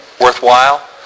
worthwhile